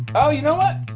oh, you know what?